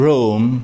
Rome